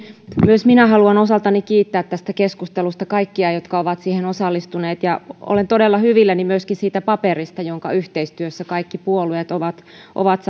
myös minä haluan osaltani kiittää tästä keskustelusta kaikkia jotka ovat siihen osallistuneet ja olen todella hyvilläni myöskin siitä paperista jonka yhteistyössä kaikki puolueet ovat ovat